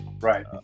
right